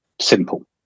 Simple